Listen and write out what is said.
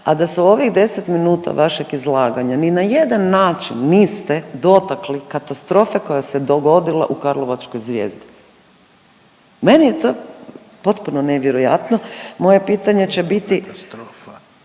a da se u ovih 10 minuta vašeg izlaganja ni na jedan način niste dotakli katastrofe koja se dogodila u karlovačkoj Zvijezdi. Meni je to potpuno nevjerojatno. Moje pitanje će biti kako to